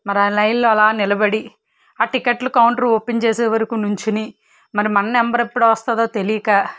మరి ఆ లైన్లో అలా నిలబడి ఆ టికెట్లు కౌంటర్ ఓపెన్ చేసేవరకు నించుని మరి మన నెంబర్ ఎప్పుడు వస్తుందో తెలియక